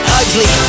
ugly